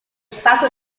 stato